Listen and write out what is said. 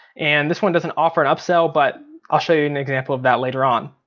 and this one doesn't offer an up sale, but i'll show you an example of that later on.